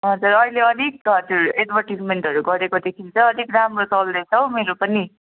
हजुर अहिले अलिक हजुर एडभर्टिजमेन्टहरू गरेकोदेखिन् चाहिँ अलिक राम्रो चल्दैछ हौ मेरो पनि